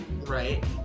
right